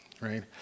right